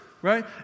Right